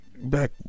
back